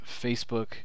Facebook